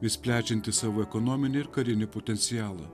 vis plečianti savo ekonominį ir karinį potencialą